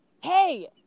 hey